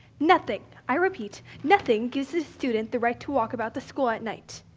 nothing, i repeat nothing gives a student the right to walk about the school at night.